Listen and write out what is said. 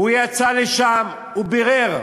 הוא יצא לשם, הוא בירר.